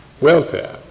welfare